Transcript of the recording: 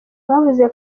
bavuze